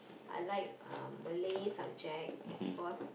I like um Malay subject of course